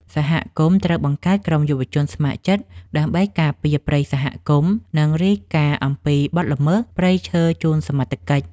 សហគមន៍ត្រូវបង្កើតក្រុមយុវជនស្ម័គ្រចិត្តដើម្បីការពារព្រៃសហគមន៍ និងរាយការណ៍អំពីបទល្មើសព្រៃឈើជូនសមត្ថកិច្ច។